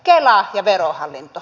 kela ja verohallinto